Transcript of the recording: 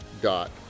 dot